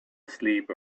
asleep